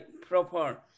proper